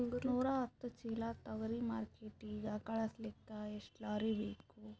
ನೂರಾಹತ್ತ ಚೀಲಾ ತೊಗರಿ ಮಾರ್ಕಿಟಿಗ ಕಳಸಲಿಕ್ಕಿ ಎಷ್ಟ ಲಾರಿ ಬೇಕು?